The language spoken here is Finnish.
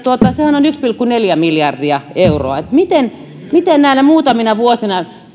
sehän on yksi pilkku neljä miljardia euroa ja sitä minä ihmettelen että miten näinä muutamina vuosina